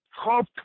hope